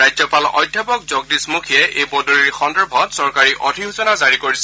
ৰাজ্যপাল অধ্যাপক জগদীশ মুখীয়ে এই বদলিৰ সন্দৰ্ভত চৰকাৰী অধিসূচনা জাৰি কৰিছে